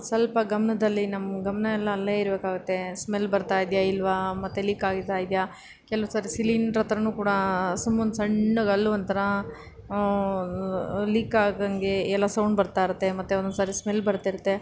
ಸ್ವಲ್ಪ ಗಮನದಲ್ಲಿ ನಮ್ಮ ಗಮನ ಎಲ್ಲ ಅಲ್ಲೇ ಇರಬೇಕಾಗತ್ತೆ ಸ್ಮೆಲ್ ಬರ್ತಾಯಿದೆಯಾ ಇಲ್ಲವಾ ಮತ್ತು ಲೀಕ್ ಆಗ್ತಾಯಿದೆಯಾ ಕೆಲವು ಸರಿ ಸಿಲಿಂಡ್ರ ಹತ್ರನೂ ಕೂಡ ಸುಮ್ಮನೆ ಸಣ್ಣಗೆ ಅಲ್ಲೂ ಒಂಥರ ಲೀಕಾಗೋಂಗೆ ಎಲ್ಲ ಸೌಂಡ್ ಬರ್ತಾ ಇರುತ್ತೆ ಮತ್ತು ಒಂದೊಂದ್ಸಲ ಸ್ಮೆಲ್ ಬರ್ತಿರುತ್ತೆ